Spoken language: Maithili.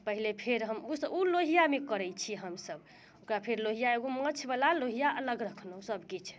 तऽ पहिले फेर हम ओ सँ ओ लोहिआमे करैत छी हमसब ओकरा फेर लोहिआ एगो माछ बला लोहिआ अलग रखलहुँ सबकिछु